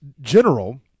general